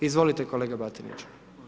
Izvolite kolega Batinić.